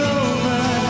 over